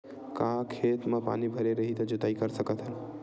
का खेत म पानी भरे रही त जोताई कर सकत हन?